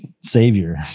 savior